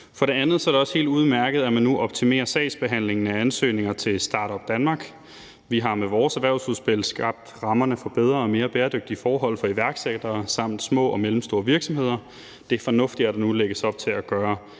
For det andet er det også helt udmærket, at man nu optimerer sagsbehandlingen af ansøgninger til Start-up Denmark. Vi har med vores erhvervsudspil skabt rammerne for bedre og mere bæredygtige forhold for iværksættere og små og mellemstore virksomheder. Det er fornuftigt, at der nu lægges op til at gøre